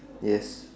yes